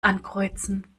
ankreuzen